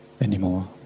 anymore